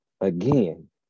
again